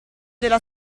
della